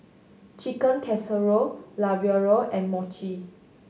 Chicken Casserole Ravioli and Mochi